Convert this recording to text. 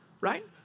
Right